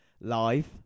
Live